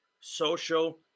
social